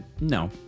No